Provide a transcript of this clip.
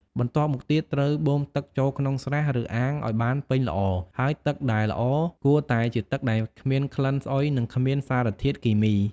បន្ទាប់មកទៀតត្រូវបូមទឹកចូលក្នុងស្រះ ឬអាងឲ្យបានពេញល្អ ហើយទឹកដែលល្អគួរតែជាទឹកដែលគ្មានក្លិនស្អុយ និងគ្មានសារធាតុគីមី។